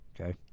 okay